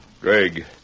Greg